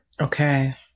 Okay